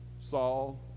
Saul